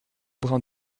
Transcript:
brin